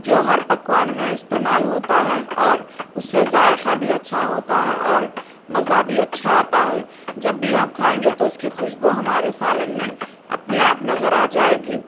جو ہر پکوان میں استعمال ہوتا ہے اور اس سے ذائقہ بھی اچّھا ہوتا ہے اور مزہ بھی اچّھا آتا ہے جب بھی ہم کھائیں گے تو اس کی خوشبو ہمارے سالن میں اپنے آپ نظر آ جائے گی